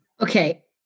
Okay